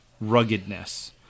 ruggedness